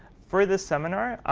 for this seminar,